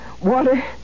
water